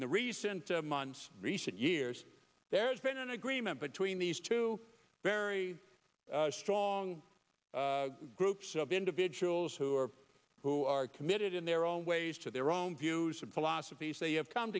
the recent months recent years there's been an agreement between these two very strong groups of individuals who are who are committed in their own ways to their own views and philosophies they have come